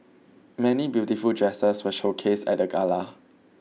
many beautiful dresses were showcased at the gala